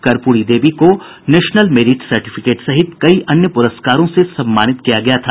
कर्पूरी देवी को national merit certificate सहित कई अन्य पुरस्कारों से सम्मानित किया गया था